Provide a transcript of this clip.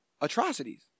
atrocities